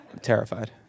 terrified